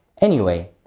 anyway,